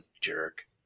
jerk